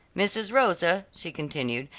mrs. rosa she continued,